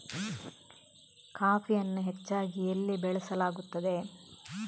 ಕಾಫಿಯನ್ನು ಹೆಚ್ಚಾಗಿ ಎಲ್ಲಿ ಬೆಳಸಲಾಗುತ್ತದೆ?